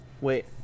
wait